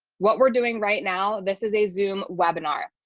what we're doing right now, this is a zoom webinar.